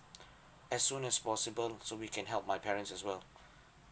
as soon as possible so we can help my parents as well